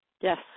Yes